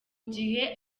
gihe